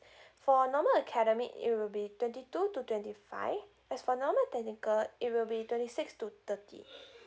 for normal academic it will be twenty two to twenty five as for normal technical it will be twenty six to thirty